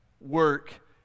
work